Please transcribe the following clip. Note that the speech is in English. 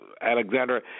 Alexander